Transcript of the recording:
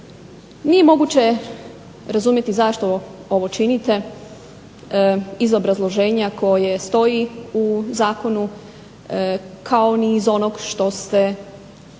Nije moguće razumjeti zašto ovo činite iz obrazloženja koje stoji u zakonu kao ni iz onog što ste nam